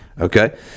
okay